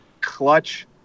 clutch –